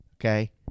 okay